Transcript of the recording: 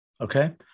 okay